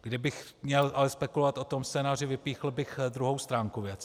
Kdybych měl ale spekulovat o tom scénáři, vypíchl bych druhou stránku věci.